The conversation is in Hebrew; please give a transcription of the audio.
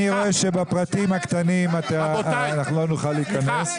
אני רואה שבפרטים הקטנים אנחנו לא נוכל להתכנס,